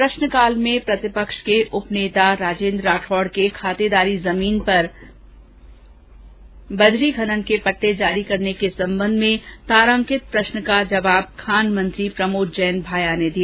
प्रष्नकाल में प्रतिपक्ष के उप नेता राजेंद्र राठौड़ के खातेदारी जमीन पर बजरी खनन के पट्टे जारी करने के संबंध में तारांकित प्रष्न का जवाब खान मंत्री प्रमोद जैन भाया ने दिया